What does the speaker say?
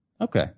Okay